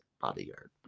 Bodyguard